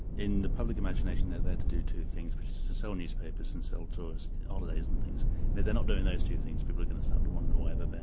in the public imagination they're there to do two things, which is to sell newspapers and sell tourists holidays and things and if they're not doing those two things, people are going to start to wonder why they're there.